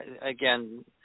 Again